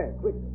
quick